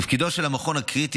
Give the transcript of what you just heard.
תפקידו של המכון הוא קריטי,